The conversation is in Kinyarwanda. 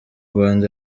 rwanda